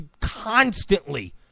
constantly